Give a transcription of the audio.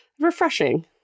Refreshing